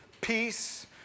peace